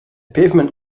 pavement